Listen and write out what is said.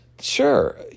sure